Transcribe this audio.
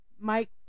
Mike